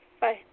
Bye